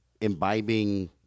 imbibing